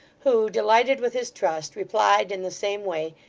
who, delighted with his trust, replied in the same way,